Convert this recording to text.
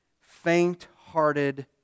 faint-hearted